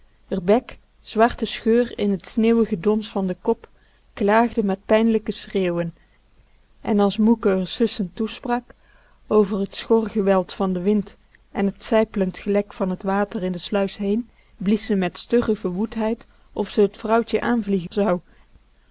r bek zwarte scheur in t sneeuwige dons van den kop klaagde met pijnlijke schreeuwen en als moeke r sussend toesprak over t schor geweld van den wind en t sijplend gelek van t water in de sluis heen blies ze met stugge verwoedheid of ze t vrouwtje aanvliegen zou